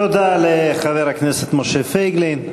תודה לחבר הכנסת משה פייגלין.